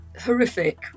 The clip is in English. horrific